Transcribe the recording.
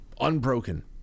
Unbroken